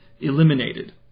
eliminated